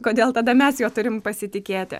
kodėl tada mes juo turim pasitikėti